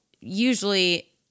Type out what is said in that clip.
usually